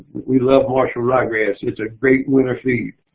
we love marshall rye grass. it's a great winter feed.